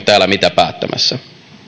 täällä päättämässä